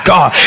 God